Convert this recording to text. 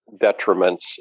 detriments